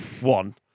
one